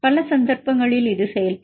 பல சந்தர்ப்பங்களில் இது செயல்படும்